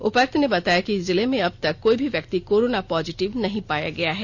उपायुक्त ने बताया कि जिले में अबतक कोई भी व्यक्ति कोरोना पोजेटिव नहीं पाया गया है